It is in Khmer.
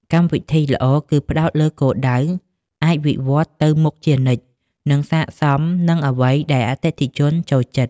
កម្មវិធីល្អគឺផ្តោតលើគោលដៅ អាចវិវត្តន៍ទៅមុខជានិច្ច និងស័ក្តិសមនឹងអ្វីដែលអតិថិជនចូលចិត្ត។